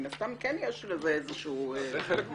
מן הסתם כן יש לזה איזה שהוא --- זה חלק,